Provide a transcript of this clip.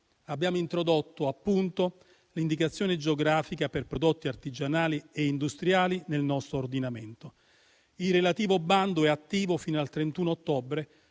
Abbiamo introdotto, appunto, l'indicazione geografica per prodotti artigianali e industriali nel nostro ordinamento. Il relativo bando è attivo fino al 31 ottobre